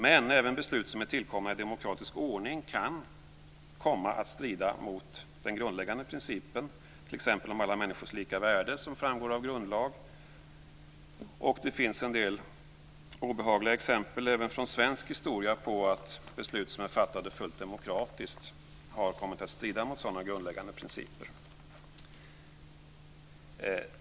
Men även beslut som är tillkomna i demokratisk ordning kan komma att strida t.ex. mot den grundläggande principen om alla människors lika värde som framgår av grundlag. Det finns en del obehagliga exempel även från svensk historia på att beslut som är fattade fullt demokratiskt har kommit att strida mot sådana grundläggande principer.